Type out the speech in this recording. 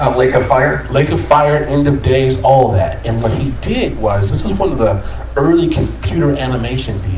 ah lake of fire? lake of fire, end of days, all of that. and what he did was, this is one of the early computer animation